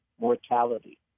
Mortality